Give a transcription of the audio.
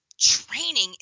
training